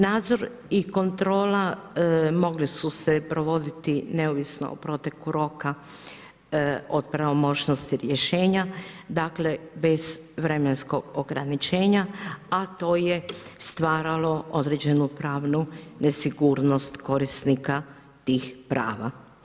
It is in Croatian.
Nadzor i kontrola mogli su se provoditi neovisno o preteku roka od pravomoćnosti rješenja, dakle, bez vremenskog ograničenja, a to je stvaralo određenu pravnu nesigurnost korisnika tih prava.